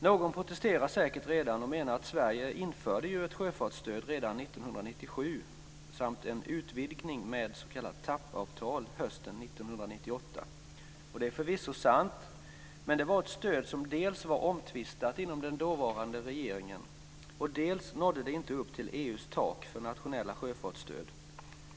Någon protesterar säkert redan och menar att Sverige införde ett sjöfartsstöd redan 1997 samt en utvidgning med ett s.k. TAP-avtal hösten 1998. Det är förvisso sant, men det var ett stöd som dels var omtvistat inom den dåvarande regeringen, dels nådde det inte upp till EU:s tak för nationella sjöfartsstöd.